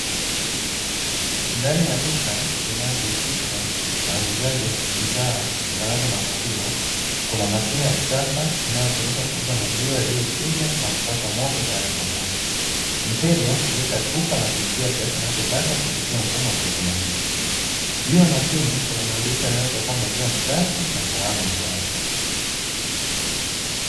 Ndani ya duka linalojihusisha na uuzaji wa bidhaa zinazotokana na maziwa, kuna mashine ya kisasa inayotumika kuuza maziwa yaliyochujwa na kupashwa moto tayari kwa kwa kunywa, mteja kuweka chupa na kulipia kiasi anachotaka kupitia mfumo wa kiotomatiki juu ya mashine, kuna maandishi yanaweza kuwa maziwa ni safi na salama kiasi.